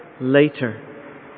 later